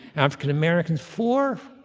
african americans four,